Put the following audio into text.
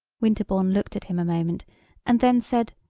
winterbourne looked at him a moment and then said,